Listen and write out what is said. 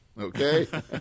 Okay